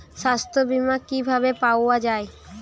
সাস্থ্য বিমা কি ভাবে পাওয়া যায়?